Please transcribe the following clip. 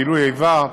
גילוי איבה,